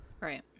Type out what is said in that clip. Right